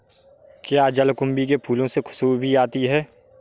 क्या जलकुंभी के फूलों से खुशबू भी आती है